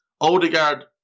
Odegaard